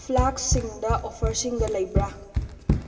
ꯐ꯭ꯂꯥꯛꯁꯁꯤꯡꯗ ꯑꯣꯐꯔꯁꯤꯡꯒ ꯂꯩꯕ꯭ꯔꯥ